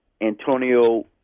Antonio